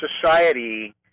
society